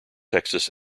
texas